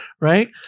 Right